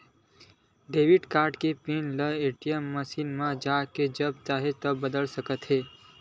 debit card के pin ल ATM machine म जाके जब चाहे बदले जा सकत हे